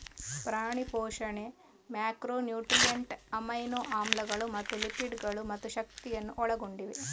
ಪ್ರಾಣಿ ಪೋಷಣೆ macronutrient, amino ಆಮ್ಲಗಳು ಮತ್ತು ಲಿಪಿಡ್ ಗಳು ಮತ್ತು ಶಕ್ತಿಯನ್ನು ಒಳಗೊಂಡಿವೆ